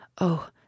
Oh